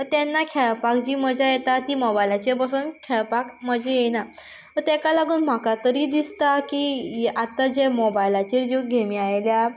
तेन्ना खेळपाक जी मजा येता ती मोबायलाचेर बोसोन खेळपाक मजा येना सो तेका लागून म्हाका तरी दिसता की ही आतां जे मोबायलाचेर ज्यो गॅमी आयल्या